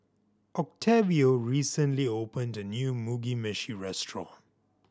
Octavio recently opened a new Mugi Meshi restaurant